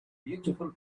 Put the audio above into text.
beautiful